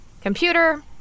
Computer